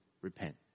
repent